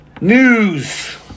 News